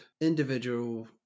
individual